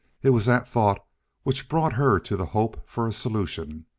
it was that thought which brought her to the hope for a solution.